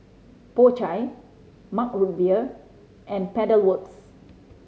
Po Chai Mug Root Beer and Pedal Works